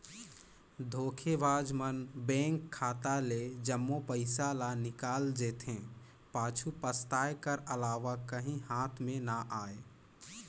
धोखेबाज मन बेंक खाता ले जम्मो पइसा ल निकाल जेथे, पाछू पसताए कर अलावा काहीं हाथ में ना आए